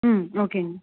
ம் ஓகேங்க